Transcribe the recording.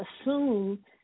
assume